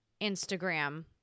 Instagram